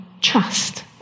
trust